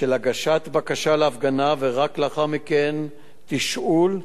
של הגשת בקשה להפגנה, ורק לאחר מכן תשאול,